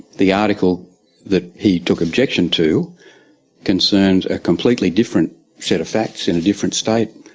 the article that he took objection to concerned a completely different set of facts in a different state,